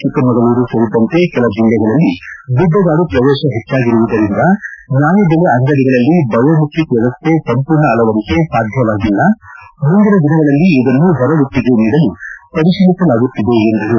ಚಿಕ್ಕಮಗಳೂರು ಸೇರಿದಂತೆ ಕೆಲ ಜಿಲ್ಲೆಗಳಲ್ಲಿ ಗುಡ್ಡಗಾಡು ಪ್ರದೇಶ ಹೆಚ್ಚಾಗಿರುವುದರಿಂದ ನ್ವಾಯಬೆಲೆ ಅಂಗಡಿಗಳಲ್ಲಿ ಬಯೋಮಟ್ರಕ್ ವ್ಯವಸ್ಥೆ ಸಂಪೂರ್ಣ ಅಳವಡಿಕೆ ಸಾಧ್ಯವಾಗಿಲ್ಲ ಮುಂದಿನ ದಿನಗಳಲ್ಲಿ ಇದನ್ನು ಹೊರಗುತ್ತಿಗೆ ನೀಡಲು ಪರಿಶೀಲಿಸಲಾಗುತ್ತಿದೆ ಎಂದರು